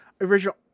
original